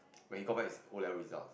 when he got back his O-level result